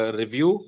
review